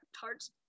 tarts